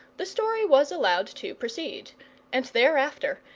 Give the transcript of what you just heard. the story was allowed to proceed and thereafter,